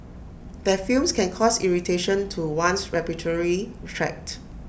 their fumes can cause irritation to one's respiratory tract